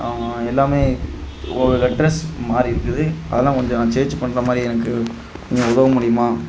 எல்லாமே ஒவ்வொரு அட்ரெஸ் மாறி இருக்குது அதெல்லாம் கொஞ்சம் நான் சேஞ்ச் பண்ணுற மாதிரி எனக்கு கொஞ்சம் உதவ முடியுமா